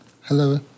hello